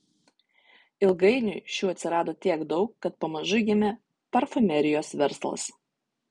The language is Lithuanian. ilgainiui šių atsirado tiek daug kad pamažu gimė parfumerijos verslas